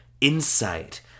insight